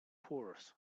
pours